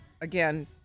again